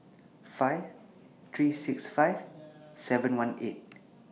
five three six five seven one eight